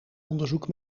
onderzoek